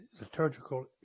liturgical